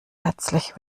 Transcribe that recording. herzlich